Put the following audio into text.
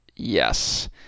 Yes